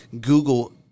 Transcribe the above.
Google